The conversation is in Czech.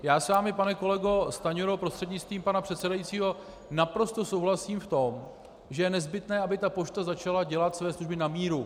Já s vámi, pane kolego Stanjuro prostřednictvím pane předsedajícího, naprosto souhlasím v tom, že je nezbytné, aby pošta začala dělat své služby na míru.